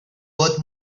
worth